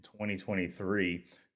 2023